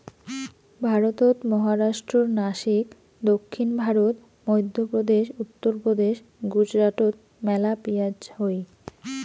ভারতত মহারাষ্ট্রর নাসিক, দক্ষিণ ভারত, মইধ্যপ্রদেশ, উত্তরপ্রদেশ, গুজরাটত মেলা পিঁয়াজ হই